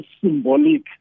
symbolic